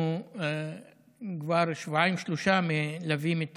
אנחנו כבר שבועיים-שלושה מלווים את